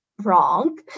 wrong